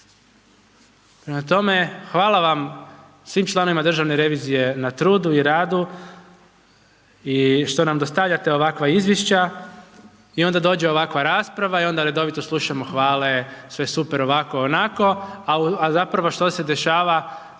hvala vam, svim članovima državne revizije na trudu i radu i što nam dostavljate ovakva izvješća. I onda dođe ovakva rasprava i onda redovito slušamo hvale, sve super, ovako, onako, a zapravo što se dešava